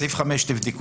ואת סעיף 5 תבדקו.